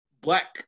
Black